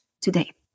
today